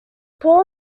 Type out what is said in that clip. paul